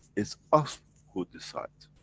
it's us who decide,